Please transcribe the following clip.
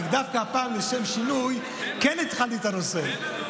כי דווקא הפעם, לשם שינוי, כן התחלתי את הנושא.